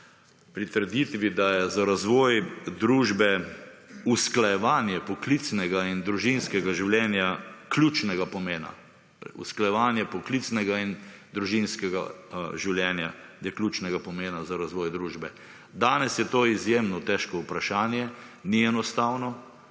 pri trditvi, de je za razvoj družbe usklajevanje poklicnega in družinskega življenja ključnega pomena, usklajevanje poklicnega in družinskega življenja, da je ključnega pomena za razvoj družbe. Danes je to izjemno težko vprašanje, ni enostavno,